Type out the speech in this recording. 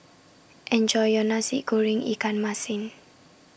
Enjoy your Nasi Goreng Ikan Masin